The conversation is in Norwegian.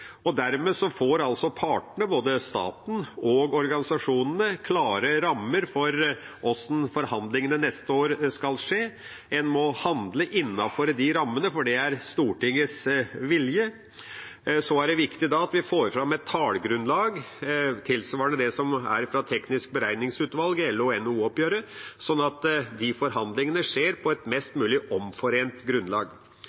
forhandlinger. Dermed får partene, både staten og organisasjonene, klare rammer for hvordan forhandlingene neste år skal skje. En må handle innenfor de rammene, for det er Stortingets vilje. Det er viktig at vi får fram et tallgrunnlag tilsvarende det som er fra Det tekniske beregningsutvalget i LO- og NHO-oppgjøret, sånn at de forhandlingene skjer på et mest